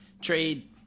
Trade